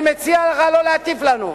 אני מציע לך לא להטיף לנו.